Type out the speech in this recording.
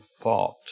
thought